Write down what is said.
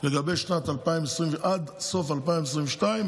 עד סוף 2022,